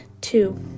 Two